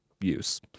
use